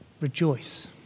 Rejoice